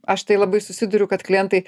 aš tai labai susiduriu kad klientai